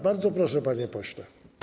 Bardzo proszę, panie pośle.